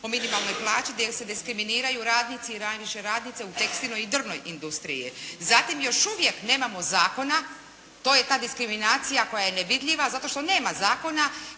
o minimalnoj plaći gdje se diskriminiraju radnici, najviše radnice u tekstilnoj i drvnoj industriji. Zatim još uvijek nemamo zakona, to je ta diskriminacija koja je nevidljiva zato što nema zakona